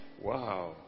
Wow